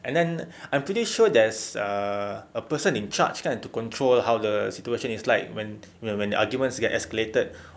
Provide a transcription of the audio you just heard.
and then I'm pretty sure there's err a person in-charge kan to control how the situation is like when you know the arguments get escalated